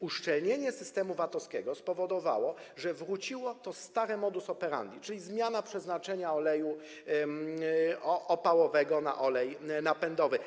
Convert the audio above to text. Uszczelnienie systemu VAT spowodowało, że wróciło to stare modus operandi, czyli zmiana przeznaczenia oleju opałowego na olej napędowy.